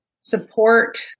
support